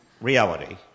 reality